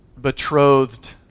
betrothed